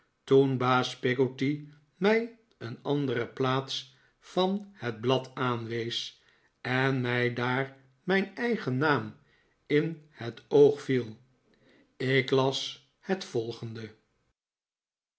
toen baas peggotty mij een andere plaats van het blad aanwees en mij daar mijn eigen naam in het oog viel ik las het volgende